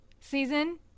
season